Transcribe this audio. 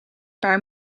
paar